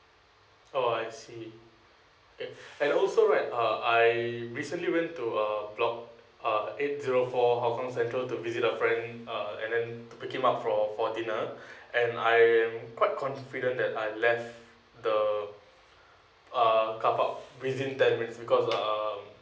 oh I see okay and also right uh I recently went to uh block uh eight zero four hougang central to visit a friend uh and then to pick him out for for dinner and uh I am quite confident that I left the uh carpark within ten because um